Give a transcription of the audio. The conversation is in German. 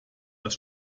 das